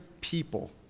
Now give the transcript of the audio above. people